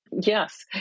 Yes